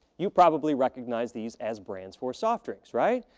you probably recognize these as brands for soft drinks, right?